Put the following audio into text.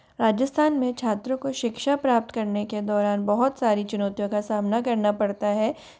राजस्थान में छात्रों को शिक्षा प्राप्त करने के दौरान बहुत सारी चुनौतियों का सामना करना पड़ता है